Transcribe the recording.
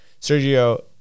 Sergio